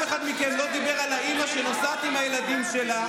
אף אחד מכם לא דיבר על האימא שנוסעת עם הילדים שלה,